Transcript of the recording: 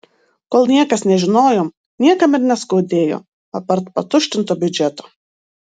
kol niekas nežinojo niekam ir neskaudėjo apart patuštinto biudžeto